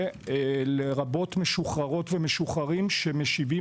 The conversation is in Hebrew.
זה לרבות משוחררות ומשוחררים שמשיבים